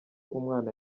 umwana